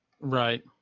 Right